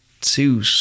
two